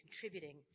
contributing